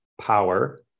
power